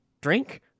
Drink